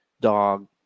dog